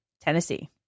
Tennessee